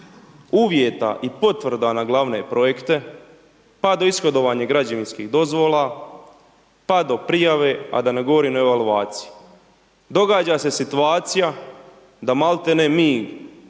uvjeta i potvrda na glavne projekte pa do ishodovanja građevinskih dozvola, pa do prijave a da ne govorim o evaluaciji. Događa se situacija da maltene mi